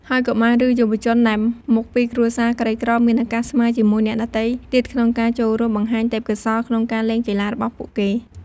ហើយកុមារ ឬយុវជនដែលមកពីគ្រួសារក្រីក្រ មានឱកាសស្មើរជាមួយអ្នកដទៃទៀតក្នុងការចូលរួមបង្ហាញទេពកោសល្យក្នុងការលេងកីឡារបស់ពួកគេ។